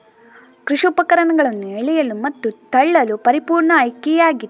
ಕೃಷಿ ಉಪಕರಣಗಳನ್ನು ಎಳೆಯಲು ಮತ್ತು ತಳ್ಳಲು ಪರಿಪೂರ್ಣ ಆಯ್ಕೆಯಾಗಿದೆ